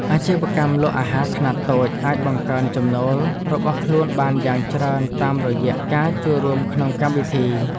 អាជីវកម្មលក់អាហារខ្នាតតូចអាចបង្កើនចំណូលរបស់ខ្លួនបានយ៉ាងច្រើនតាមរយៈការចូលរួមក្នុងកម្មវិធី។